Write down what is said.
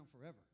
forever